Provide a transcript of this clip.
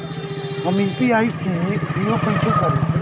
हम यू.पी.आई के उपयोग कइसे करी?